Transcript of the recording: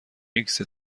ایکس